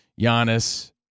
Giannis